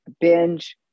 binge